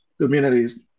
communities